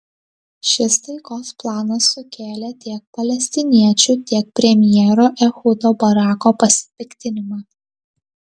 šis taikos planas sukėlė tiek palestiniečių tiek premjero ehudo barako pasipiktinimą